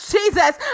Jesus